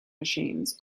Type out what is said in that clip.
machines